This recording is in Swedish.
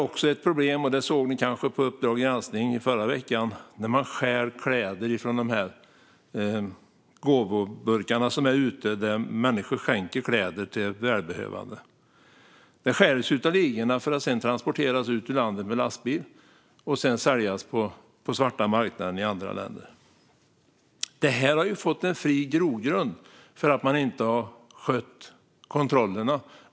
Ni såg kanske på Uppdrag granskning i förra veckan om problemet med att man stjäl kläder från de här gåvoburkarna där människor skänker kläder till behövande. Kläderna stjäls av ligor för att sedan transporteras ut ur landet med lastbil och säljas på den svarta marknaden i andra länder. Detta har fått en fri grogrund för att man inte har skött kontrollerna.